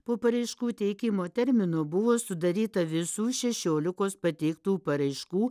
po paraiškų teikimo termino buvo sudaryta visų šešiolikos pateiktų paraiškų